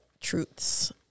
Truths